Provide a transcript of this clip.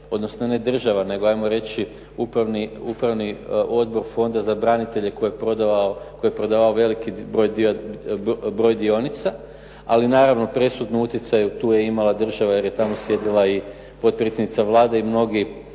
odnosno ne država nego ajmo reći Upravni odbor Fonda za branitelje koji je prodavao veliki broj dionica, ali naravno presudni utjecaj tu je imala država jer je tamo sjedila i potpredsjednica Vlade i mnogi